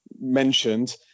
mentioned